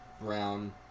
brown